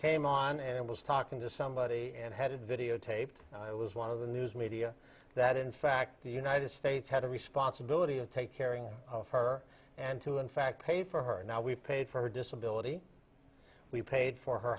came on and was talking to somebody and headed videotaped it was one of the news media that in fact the united states had a responsibility to take care of her and to in fact pay for her now we paid for disability we paid for her